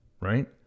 right